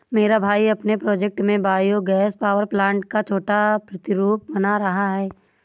मेरा भाई अपने प्रोजेक्ट में बायो गैस पावर प्लांट का छोटा प्रतिरूप बना रहा है